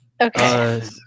Okay